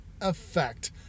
effect